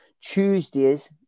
Tuesdays